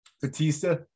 Batista